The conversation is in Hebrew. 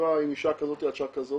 מסיבה משעה כזאת עד שעה כזאת"